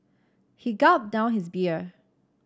he gulped down his beer